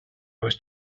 was